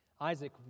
Isaac